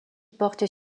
portent